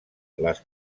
les